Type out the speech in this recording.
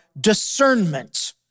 discernment